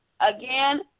Again